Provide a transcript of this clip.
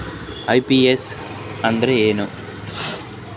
IMPS ಅಂದ್ರ ಏನು?